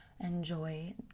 enjoy